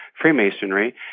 Freemasonry